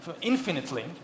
infinitely